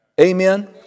Amen